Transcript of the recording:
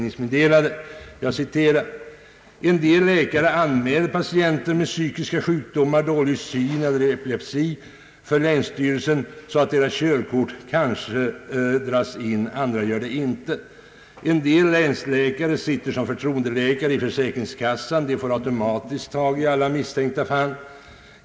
I ingressen står det så här: »En del läkare anmäler patienter med psykiska sjukdomar, dålig syn eller epilepsi för länsstyrelsen så att deras körkort kanske dras in, andra gör det inte. En del länsläkare sitter som förtroendeläkare i försäkringskassan, de får automatiskt tag i alla misstänkta fall.